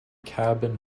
cabin